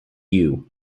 you